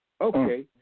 Okay